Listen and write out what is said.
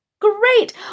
Great